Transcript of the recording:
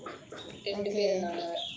ரெண்டு பேர் இருந்தாங்க:rendu per irunthaanga